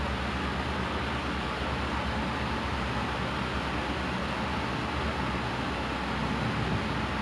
ya but I feel like that tension is right not really pushing people like I feel like singaporeans are just like